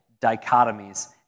dichotomies